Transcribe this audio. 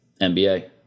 NBA